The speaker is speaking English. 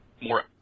more